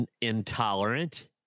Intolerant